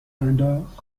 انداخت